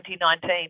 2019